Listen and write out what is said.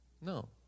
No